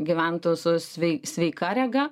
gyventų su svei sveika rega